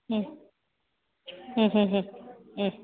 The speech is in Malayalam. മ മ്മ് മ്മ് മ്